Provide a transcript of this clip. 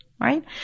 right